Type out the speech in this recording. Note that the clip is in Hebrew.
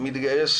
המתגייס